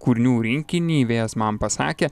kūrinių rinkinį vėjas man pasakė